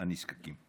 הנזקקים.